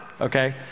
okay